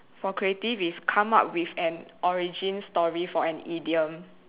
for creative is come up with an origin story for an idiom